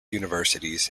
universities